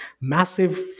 massive